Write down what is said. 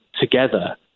together